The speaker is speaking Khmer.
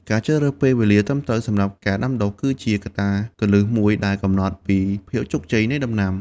ការជ្រើសរើសពេលវេលាត្រឹមត្រូវសម្រាប់ការដាំដុះ គឺជាកត្តាគន្លឹះមួយដែលកំណត់ពីភាពជោគជ័យនៃដំណាំ។